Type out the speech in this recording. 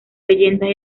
leyendas